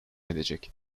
edecek